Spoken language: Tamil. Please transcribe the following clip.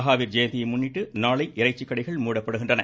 மஹாவீர் ஜெயந்தியை முன்னிட்டு நாளை இறைச்சிக் கடைகள் மூடப்படுகின்றன